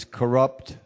corrupt